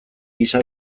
gisa